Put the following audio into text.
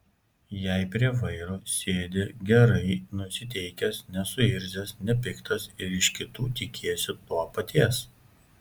jei prie vairo sėdi gerai nusiteikęs nesuirzęs nepiktas ir iš kitų tikiesi to paties